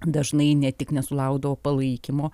dažnai ne tik nesulaukdavo palaikymo